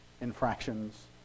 infractions